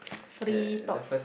free talk